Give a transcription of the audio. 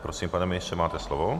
Prosím, pane ministře, máte slovo.